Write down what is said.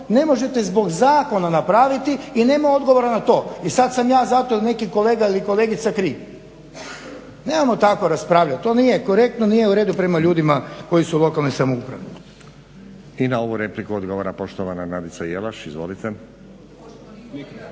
ne možete zbog zakona napraviti i nema odgovora na to i sada sam ja zato ili neki kolega ili kolegica kriv. Nemojmo tako raspravljati, to nije korektno nije uredu prema ljudima koji su u lokalnoj samoupravi. **Stazić, Nenad (SDP)** I na ovu repliku odgovara poštovana Nadica Jelaš. Izvolite.